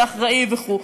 אחראי וכו'.